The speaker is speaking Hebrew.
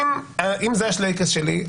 אם זה השלייקס שלי,